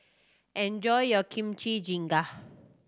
enjoy your Kimchi